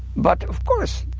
but of course,